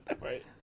Right